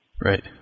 Right